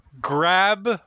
grab